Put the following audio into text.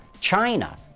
China